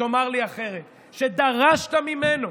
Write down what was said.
שתאמר לי אחרת, שדרשת ממנו